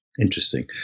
Interesting